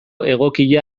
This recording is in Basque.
egokia